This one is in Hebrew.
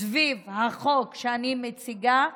סביב החוק שאני מציגה.